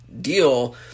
deal